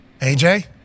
AJ